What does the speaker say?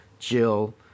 jill